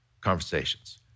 conversations